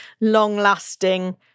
long-lasting